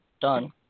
done